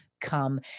come